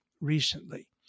recently